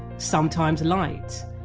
sometimes light.